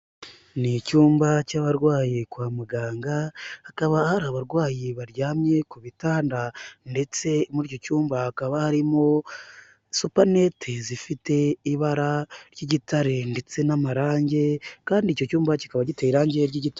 Ni icyumba cy'abarwaye kwa muganga hakaba hari abarwayi baryamye ku bitanda ndetse muri icyo cyumba hakaba harimo supanete zifite ibara ry'igitare ndetse n'amarangi kandi icyo cyumba kikaba giteye irangi ry'igita.